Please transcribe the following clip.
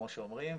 כמו שאומרים.